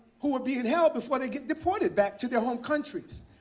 who were being and held before they get deported back to their home countries.